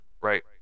right